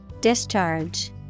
Discharge